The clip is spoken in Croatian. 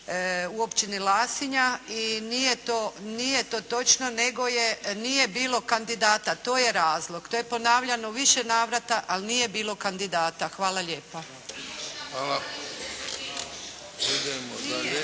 u općini Lasinja i nije to točno, nego nije bilo kandidata. To je razlog. To je ponavljano u više navrata, ali nije bilo kandidata. Hvala lijepa.